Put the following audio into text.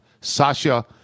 Sasha